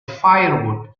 firewood